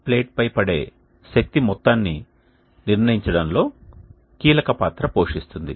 flat ప్లేట్పై పడే శక్తి మొత్తాన్ని నిర్ణయించడంలో కీలక పాత్ర పోషిస్తుంది